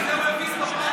בגלל זה הוא מביס בפריימריז.